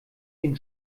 den